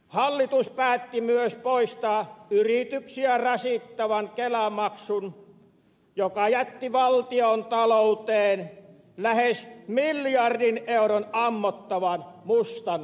hallitus päätti myös poistaa yrityksiä rasittavan kelamaksun joka jätti valtiontalouteen lähes miljardin euron ammottavan mustan aukon